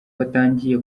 batangiye